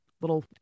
little